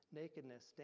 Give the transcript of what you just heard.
nakedness